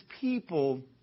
people